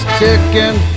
ticking